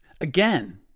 Again